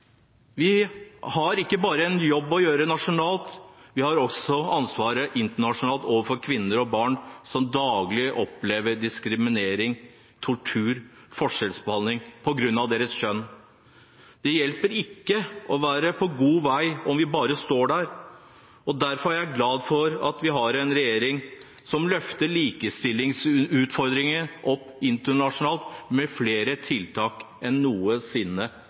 Vi har ikke bare en jobb å gjøre nasjonalt, vi har også et ansvar internasjonalt overfor kvinner og barn som daglig opplever diskriminering, tortur og forskjellsbehandling på grunn av sitt kjønn. Det hjelper ikke å være på god vei om vi bare står der, og derfor er jeg glad for at vi har en regjering som løfter likestillingsutfordringene internasjonalt, med flere tiltak enn noensinne.